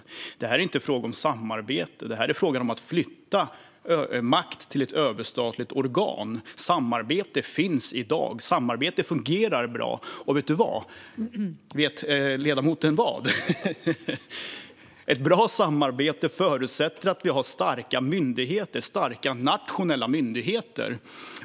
Det här är inte fråga om samarbete. Det är fråga om att flytta makt till ett överstatligt organ. Samarbete finns i dag, och det fungerar bra. Ett bra samarbete förutsätter också att vi har starka nationella myndigheter.